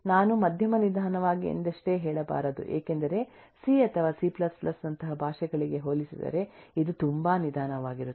ನಾನು ಮಧ್ಯಮ ನಿಧಾನವಾಗಿ ಎಂದಷ್ಟೆ ಹೇಳಬಾರದು ಏಕೆಂದರೆ ಸಿ ಅಥವಾ ಸಿ C ನಂತಹ ಭಾಷೆಗಳಿಗೆ ಹೋಲಿಸಿದರೆ ಇದು ತುಂಬಾ ನಿಧಾನವಾಗಿರುತ್ತದೆ